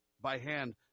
by-hand